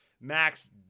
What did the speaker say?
Max